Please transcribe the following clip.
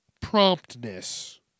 promptness